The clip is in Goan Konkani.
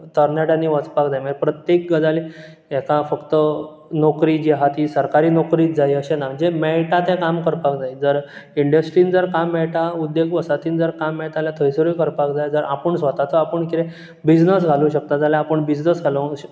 तरनाट्यांनी वोचपाक जाय म प्रत्येक गजाल हेका फक्त नोकरी जी आहा ती सरकारी नोकरीत जाय अशें ना जें मेळटा तें काम करपाक जाय जर इंडस्ट्रीन जर काम मेळटा उद्देग आसता तेतून जर काम मेळता जाल्या थंयसरूय करपाक जाय जर आपूण स्वताचो आपूण कितें बिझनस घालूंक शकता जाल्यार आपूण बिझनस घालूंक अशें